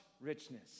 richness